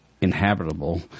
inhabitable